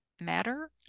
matter